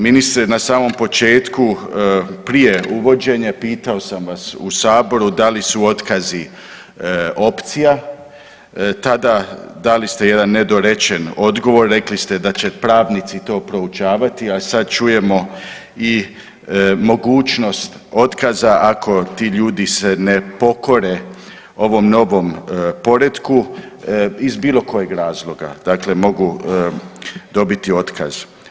Ministre, na samom početku prije uvođenje, pitao sam vas u Saboru da li su otkazi opcija, tada dali ste jedan nedorečen odgovor, rekli ste da će pravnici to proučavati, a sad čujemo i mogućnost otkaza ako ti ljudi se ne pokore ovom novom poretku iz bilo kojeg razloga, dakle mogu dobiti otkaz.